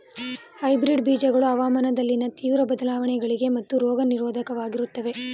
hybrid ಬೀಜಗಳು ಹವಾಮಾನದಲ್ಲಿನ ತೀವ್ರ ಬದಲಾವಣೆಗಳಿಗೆ ಮತ್ತು ರೋಗ ನಿರೋಧಕವಾಗಿರುತ್ತವೆ